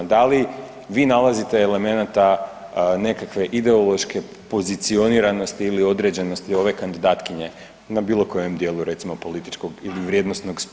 Da li vi nalazite elemenata nekakve ideološke pozicioniranosti ili određenosti ove kandidatkinje na bilo kojem dijelu recimo političkog ili vrijednosnog spektra.